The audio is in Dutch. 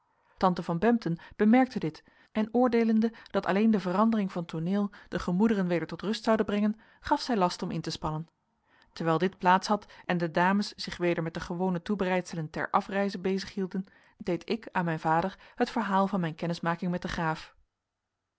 tante van bempden bemerkte dit en oordeelende dat alleen de verandering van tooneel de gemoederen weder tot rust zoude brengen gaf zij last om in te spannen terwijl dit plaats had en de dames zich weder met de gewone toebereidselen ter afreize bezig hielden deed ik aan mijn vader het verhaal van mijn kennismaking met den graaf